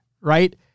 right